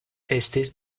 estis